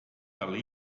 talle